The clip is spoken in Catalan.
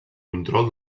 control